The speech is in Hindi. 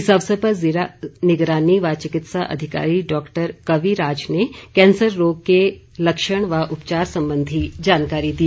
इस अवसर पर ज़िला निगरानी व चिकित्सा अधिकारी डॉक्टर कवि राज ने कैंसर रोग के लक्षण व उपचार संबंधी जानकारी दी